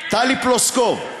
טלי פלוסקוב,